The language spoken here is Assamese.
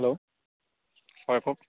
হেল্ল' হয় কওক